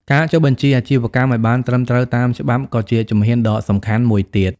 ការចុះបញ្ជីអាជីវកម្ម ឱ្យបានត្រឹមត្រូវតាមច្បាប់ក៏ជាជំហានដ៏សំខាន់មួយទៀត។